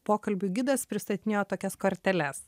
pokalbių gidas pristatinėjo tokias korteles